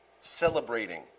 Celebrating